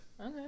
Okay